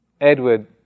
Edward